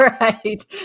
right